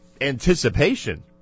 anticipation